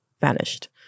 vanished